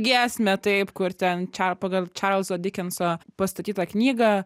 giesmę taip kur ten ča pagal čarlzo dikenso pastatytą knygą